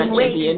wait